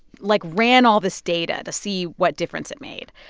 like, ran all this data to see what difference it made.